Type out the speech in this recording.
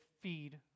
feed